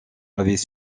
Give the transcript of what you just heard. avait